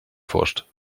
forscht